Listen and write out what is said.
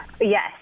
Yes